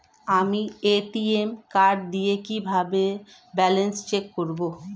আমি ATM card দিয়ে কিভাবে ব্যালেন্স চেক করব?